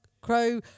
crow